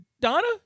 Donna